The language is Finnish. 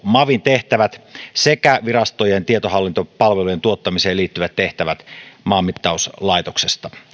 mavin tehtävät sekä virastojen tietohallintopalvelujen tuottamiseen liittyvät tehtävät maanmittauslaitoksesta